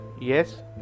Yes